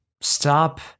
stop